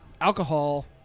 alcohol